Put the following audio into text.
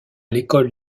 l’école